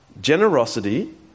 Generosity